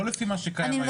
לא לפי מה שקיים היום.